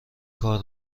کار